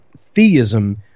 theism